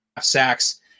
Sacks